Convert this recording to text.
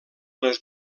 les